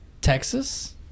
texas